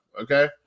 okay